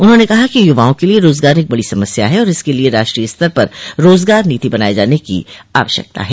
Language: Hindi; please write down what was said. उन्होंने कहा कि युवाओं के लिये रोजगार एक बड़ी समस्या है और इसके लिये राष्ट्रीय स्तर पर रोजगार नीति बनाये जाने की आवश्यकता है